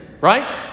Right